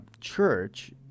church